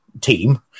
team